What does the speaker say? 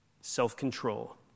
self-control